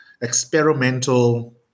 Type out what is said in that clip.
experimental